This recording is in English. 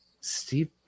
Steve